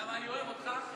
למה אני אוהב אותך,